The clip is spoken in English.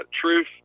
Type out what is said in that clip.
truth